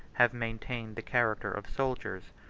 have maintained the character of soldiers.